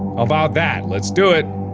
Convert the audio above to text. about that. let's do it!